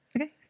Okay